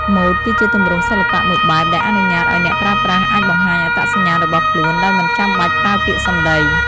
ម៉ូដគឺជាទម្រង់សិល្បៈមួយបែបដែលអនុញ្ញាតឲ្យអ្នកប្រើប្រាស់អាចបង្ហាញអត្តសញ្ញាណរបស់ខ្លួនដោយមិនចាំបាច់ប្រើពាក្យសំដី។